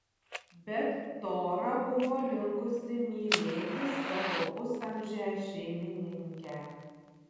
bet tora buvo linkusi mylėti savo pusamžę šeimininkę